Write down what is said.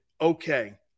Okay